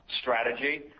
strategy